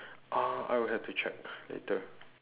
uh I would have to check later